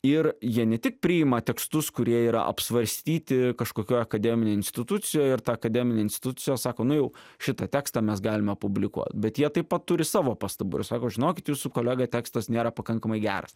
ir jie ne tik priima tekstus kurie yra apsvarstyti kažkokioj akademinėj institucijoj ir ta akademinė institucija sako nu jau šitą tekstą mes galime publikuot bet jie taip pat turi savo pastabų ir sako žinokit jūsų kolega tekstas nėra pakankamai geras